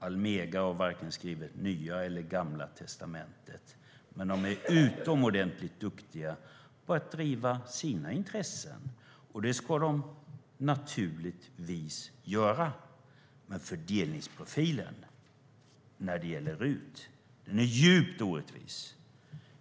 Almega har inte skrivit vare sig Nya testamentet eller Gamla testamentet, men de är utomordentligt duktiga på att driva sina intressen. Det ska de naturligtvis göra, men fördelningsprofilen när det gäller RUT är djupt orättvis.